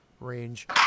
range